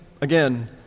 again